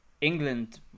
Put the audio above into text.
England